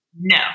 No